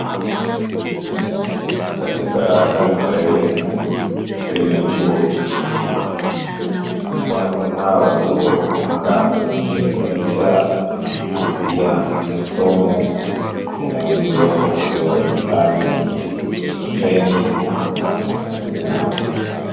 Katika ngazi za elimu, elimu ya chuo ndio elimu ya juu kabisa. Wanafunzi hawa wa chuo wamekaa kwa umakini kabisa wakifuatilia somo linaloendelea kutolewa darasani, huku wakiwa wanashika peni na karatasi zao.